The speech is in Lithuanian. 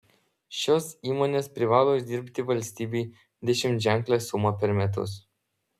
šios įmonės privalo uždirbti valstybei dešimtženklę sumą per metus